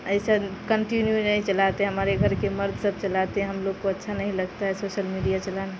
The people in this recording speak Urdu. ایسا کنٹینیو نہیں چلاتے ہمارے گھر کے مرد سب چلاتے ہیں ہم لوگ کو اچھا نہیں لگتا ہے سوشل میڈیا چلانا